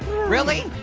really?